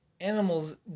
Animals